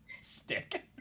Stick